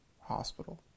hospital